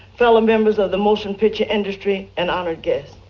fellow members of the motion picture industry and honored guests,